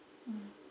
mm